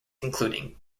including